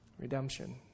redemption